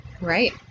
Right